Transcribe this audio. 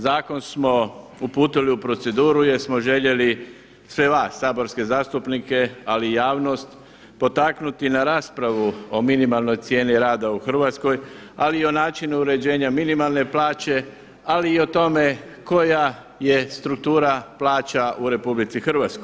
Zakon smo uputili u proceduru jer smo željeli sve vas saborske zastupnik ali i javnost potaknuti na raspravu o minimalnoj cijeni rada u Hrvatskoj ali i o načinu uređenja minimalne plaće ali i o tome koja je struktura plaća u RH.